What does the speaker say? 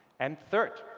and third,